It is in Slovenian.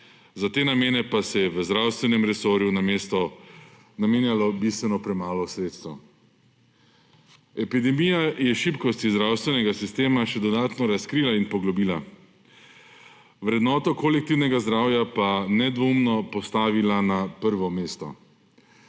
za te namene pa se je v zdravstvenem resorju namenjalo bistveno premalo sredstev. Epidemija je šibkosti zdravstvenega sistema še dodatno razkrila in poglobila, vrednoto kolektivnega zdravja pa nedvoumno postavila na prvo mesto.